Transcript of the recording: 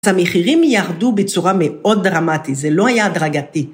‫אז המחירים ירדו בצורה מאוד דרמטית, ‫זה לא היה דרגתי.